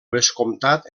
vescomtat